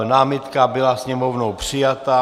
Námitka byla Sněmovnou přijata.